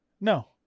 no